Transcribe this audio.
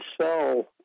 sell